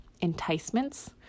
enticements